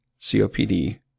COPD